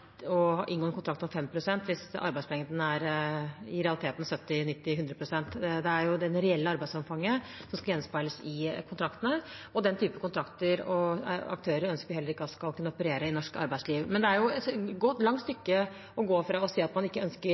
inngå en kontrakt om 5. pst. hvis arbeidsmengden i realiteten er 70, 90 eller 100 pst. Det er jo det reelle arbeidsomfanget som skal gjenspeiles i kontraktene. Den typen kontrakter og aktører ønsker vi heller ikke at skal kunne operere i norsk arbeidsliv. Men det er et langt stykke å gå fra å si at man ikke ønsker